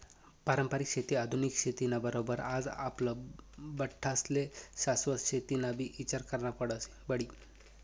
पारंपरिक शेती आधुनिक शेती ना बरोबर आज आपले बठ्ठास्ले शाश्वत शेतीनाबी ईचार करना पडी